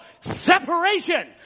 separation